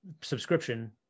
subscription